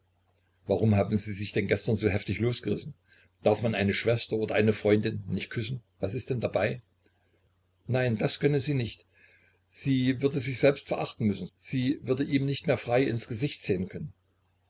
warum haben sie sich denn gestern so heftig losgerissen darf man eine schwester oder eine freundin nicht küssen was ist denn dabei nein das könne sie nicht sie würde sich selbst verachten müssen sie würde ihm nicht mehr frei ins gesicht sehen können